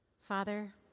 Father